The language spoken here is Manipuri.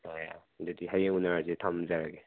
ꯌꯥꯏꯌꯦ ꯑꯗꯨꯗꯤ ꯍꯌꯦꯡ ꯎꯅꯔꯁꯦ ꯊꯝꯖꯔꯒꯦ